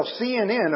CNN